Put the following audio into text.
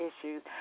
issues